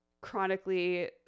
chronically